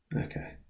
Okay